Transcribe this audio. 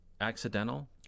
accidental